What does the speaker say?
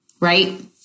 right